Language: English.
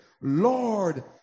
Lord